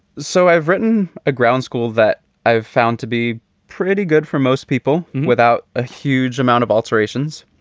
so i've written a ground school that i've found to be pretty good for most people without a huge amount of alterations.